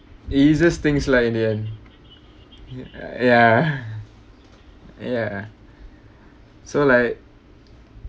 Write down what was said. easiest things lah in the end ya ya so like